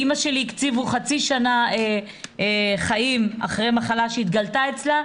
לאמא שלי הקציבו לחיות חצי שנה אחרי מחלה שהתגלתה אצלה,